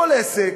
כל עסק,